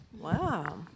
wow